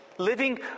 living